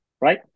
right